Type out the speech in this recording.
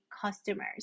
customers